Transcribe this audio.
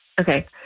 Okay